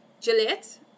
Gillette